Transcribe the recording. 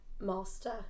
Master